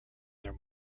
their